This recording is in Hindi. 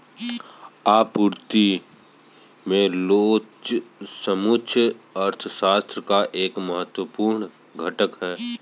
आपूर्ति में लोच सूक्ष्म अर्थशास्त्र का एक महत्वपूर्ण घटक है